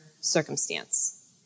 circumstance